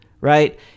right